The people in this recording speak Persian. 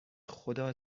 خدا